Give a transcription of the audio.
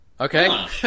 okay